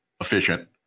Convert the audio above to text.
efficient